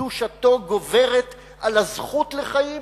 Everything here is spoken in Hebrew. וקדושתו גוברת על הזכות לחיים,